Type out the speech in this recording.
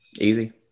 Easy